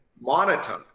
monitor